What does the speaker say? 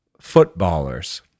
Footballers